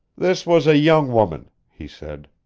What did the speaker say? this was a young woman, he said.